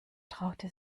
traute